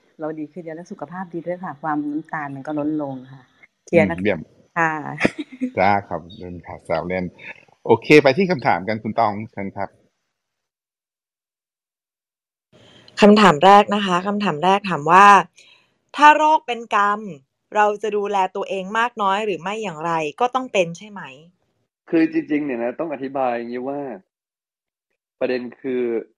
เราดีขึ้นเดียวแล้ว สุขภาพดีด้วยค่ะ ความน้ำตาลมันก็ลดลงค่ะ เครียดนะอืม เยี่ยมค่ะจ้าครับ คุณสาวเรน OK ไปที่คำถามกันคุณตอง ครับคำถามแรกนะคะ คำถามแรกถามว่า ถ้าโรคเป็นกรรม เราจะดูแลตัวเองมากน้อยหรือไม่อย่างไร ก็ต้องเป็นใช่ไหม?คือจริงๆ เนี่ยนะ ต้องอธิบายอย่างนี้ว่า ประเด็นคือ